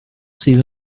sydd